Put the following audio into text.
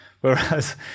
Whereas